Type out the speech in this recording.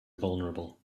vulnerable